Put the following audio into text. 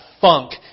funk